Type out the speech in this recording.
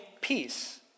peace